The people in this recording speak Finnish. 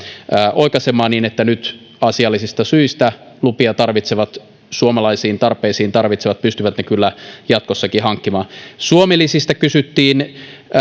oikaisemaan niin että nyt asiallisista syistä lupia suomalaisiin tarpeisiin tarvitsevat pystyvät ne kyllä jatkossakin hankkimaan suomi lisistä kysyttiin jos